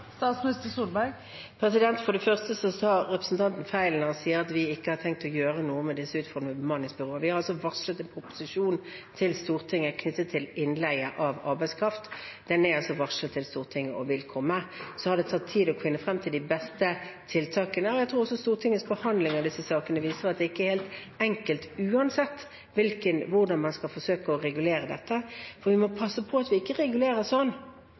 For det første sa representanten feil da han sa at vi ikke har tenkt å gjøre noe med utfordringene med bemanningsbyråer. Vi har varslet en proposisjon til Stortinget knyttet til innleie av arbeidskraft, den er altså varslet til Stortinget og vil komme. Det har tatt tid å finne frem til de beste tiltakene. Jeg tror også Stortingets behandling av disse sakene viser at det ikke er helt enkelt uansett hvordan man skal forsøke å regulere dette, for vi må passe på at vi ikke regulerer sånn